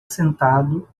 sentado